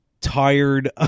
tired